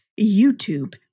youtube